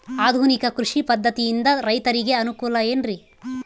ಆಧುನಿಕ ಕೃಷಿ ಪದ್ಧತಿಯಿಂದ ರೈತರಿಗೆ ಅನುಕೂಲ ಏನ್ರಿ?